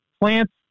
plants